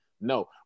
no